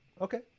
Okay